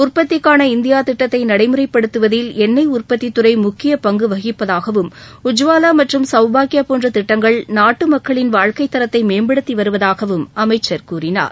உற்பத்திக்கான இந்தியா திட்டத்தை நடைமுறைப்படுத்துவதில் எண்ணெய் உற்பத்தி துறை முக்கியப்பங்கு வகிப்பதாகவும் உஜ்வாவா மற்றும் சௌபாக்யா போன்ற திட்டங்கள் நாட்டு மக்களின் வாழ்க்கைதரத்தை மேம்படுத்தி வருவதாகவும் அமைச்சர் கூறினார்